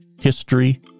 history